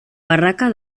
barraca